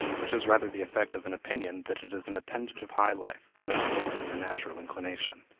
which is rather the effect of an opinion that it is an appendage of high life, than the result of their natural inclination.